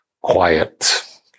quiet